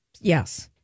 Yes